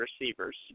receivers